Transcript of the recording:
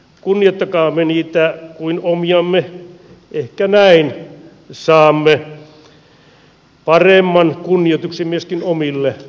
kunnioittakaamme niitä kuin omiamme ehkä näin saamme paremman kunnioituksen myöskin omille mielipiteillemme